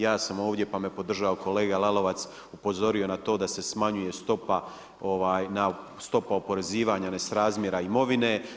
Ja sam ovdje pa me podržao kolega Lalovac upozorio na to da se smanjuje stopa oporezivanja nesrazmjera imovine.